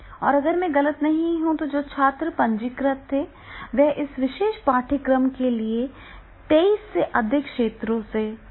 और अगर मैं गलत नहीं हूं तो जो छात्र पंजीकृत थे वे इस विशेष पाठ्यक्रम के लिए 23 से अधिक देशों से थे